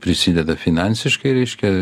prisideda finansiškai reiškia